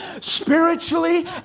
spiritually